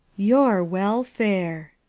your welfare!